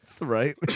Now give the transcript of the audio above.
right